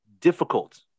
difficult